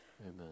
Amen